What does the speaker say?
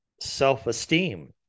self-esteem